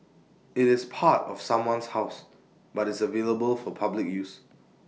IT is part of someone's house but is available for public use